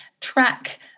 track